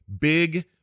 Big